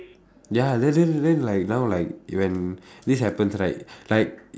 ya then then then like now like when this happens right like